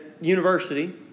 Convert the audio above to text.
university